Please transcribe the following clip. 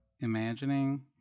imagining